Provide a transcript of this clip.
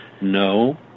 No